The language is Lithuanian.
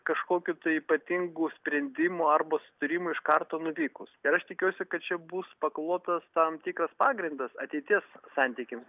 kažkokių tai ypatingų sprendimų arba sutarimų iš karto nuvykus ir aš tikiuosi kad čia bus paklotas tam tikras pagrindas ateities santykiam